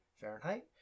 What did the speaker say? Fahrenheit